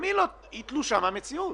היא הנחיה תלושה מהמציאות.